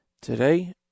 today